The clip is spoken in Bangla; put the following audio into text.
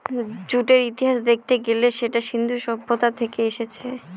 জুটের ইতিহাস দেখতে গেলে সেটা সিন্ধু সভ্যতা থেকে এসেছে